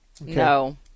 No